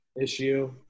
issue